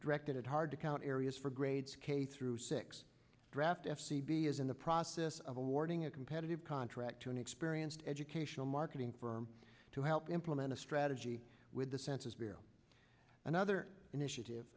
directed hard to count areas for grades k through six draft s c b is in the process of awarding a competitive contract to an experienced educational marketing firm to help implement a strategy with the census bureau another initiative